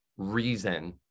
reason